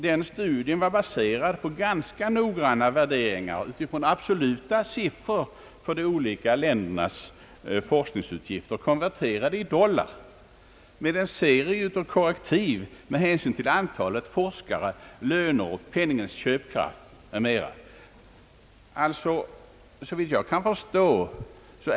Denna studie var baserad på ganska noggranna värderingar, baserade på absoluta siffror för de olika ländernas forskningsutgifter konverterade i dollar och med en serie av korrektiv, såsom hänsynstagande till antalet forskare, löner, valutans köpkraft m.m.